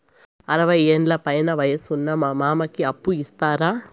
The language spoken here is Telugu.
అరవయ్యేండ్ల పైన వయసు ఉన్న మా మామకి అప్పు ఇస్తారా